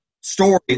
story